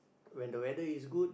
when the weather is good